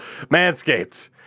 Manscaped